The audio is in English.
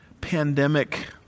pandemic